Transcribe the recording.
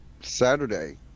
Saturday